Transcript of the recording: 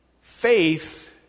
Faith